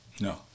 No